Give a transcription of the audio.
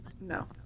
No